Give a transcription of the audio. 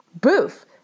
Boof